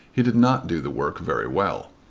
he did not do the work very well.